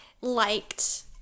liked